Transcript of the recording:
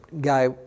guy